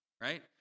right